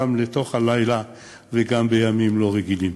גם לתוך הלילה וגם בימים לא רגילים.